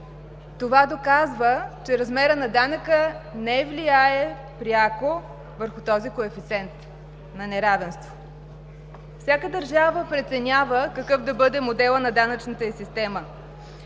Това доказва, че размерът на данъка не влияе пряко върху този коефициент на неравенство. Всяка държава преценява какъв да бъде моделът на данъчната ѝ система.